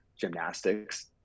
gymnastics